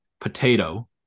potato